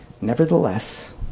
nevertheless